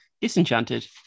Disenchanted